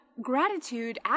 gratitude